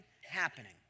happening